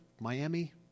Miami